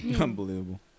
Unbelievable